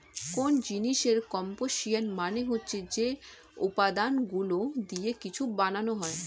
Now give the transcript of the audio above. কোন জিনিসের কম্পোসিশন মানে হচ্ছে যে উপাদানগুলো দিয়ে কিছু বানানো হয়